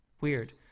Weird